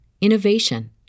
innovation